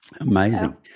Amazing